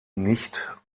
nicht